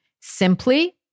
Simply